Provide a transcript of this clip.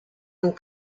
and